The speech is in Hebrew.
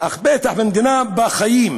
אך בטח במדינה שבה חיים